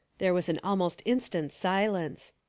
there was an almost instant silence.